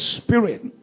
spirit